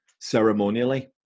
ceremonially